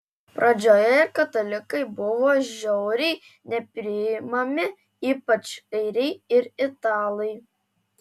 pradžioje ir katalikai buvo žiauriai nepriimami ypač airiai ir italai